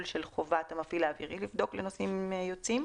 של חובת המפעיל האווירי לבדוק לנוסעים יוצאים.